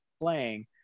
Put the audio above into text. playing